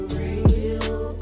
real